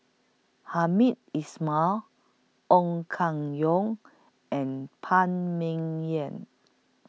Hamed Ismail Ong Keng Yong and Phan Ming Yen